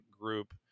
group